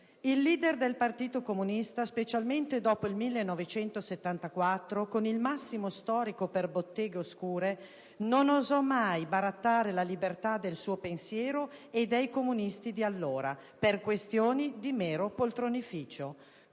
Il leader del Partito Comunista, specialmente dopo il 1974, con il massimo storico per Botteghe Oscure, non osò mai barattare la libertà del suo pensiero e dei comunisti di allora per questioni di mero poltronificio.